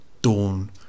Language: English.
Dawn